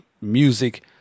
music